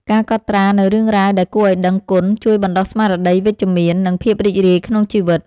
ការកត់ត្រានូវរឿងរ៉ាវដែលគួរឱ្យដឹងគុណ ជួយបណ្ដុះស្មារតីវិជ្ជមាន និងភាពរីករាយក្នុងជីវិត។